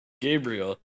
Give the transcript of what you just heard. Gabriel